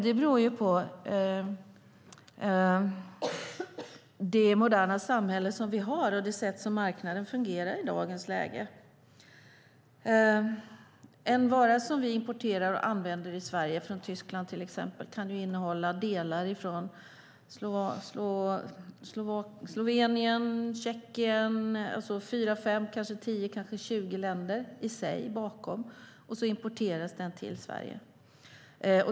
Det beror på det moderna samhälle som vi har och det sätt som marknaden fungerar på i dagens läge. En vara som vi importerar från Tyskland, till exempel, och använder i Sverige kan ju innehålla delar från Slovenien och Tjeckien. Det kanske finns fyra, tio eller tjugo länder bakom en vara som importeras till Sverige.